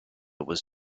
was